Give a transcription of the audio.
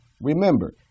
Remember